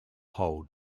hold